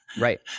Right